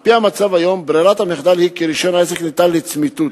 על-פי המצב היום ברירת המחדל היא כי רשיון עסק ניתן לצמיתות,